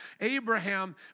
Abraham